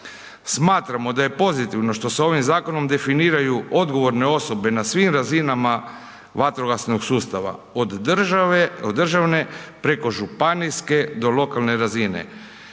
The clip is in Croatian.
Smatramo da je pozitivno što se ovim zakonom definiraju odgovorne osobe na svim razinama vatrogasnog sustava od države, od državne preko županijske do lokalne razine